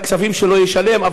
את הכספים שלו ישלם,